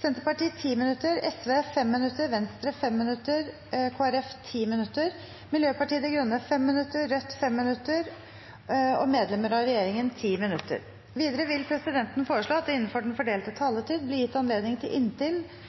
Senterpartiet 10 minutter, Sosialistisk Venstreparti 5 minutter, Venstre 5 minutter, Kristelig Folkeparti 10 minutter, Miljøpartiet De Grønne 5 minutter, Rødt 5 minutter og medlemmer av regjeringen 10 minutter. Videre vil presidenten foreslå at det innenfor den fordelte taletid blir gitt anledning til inntil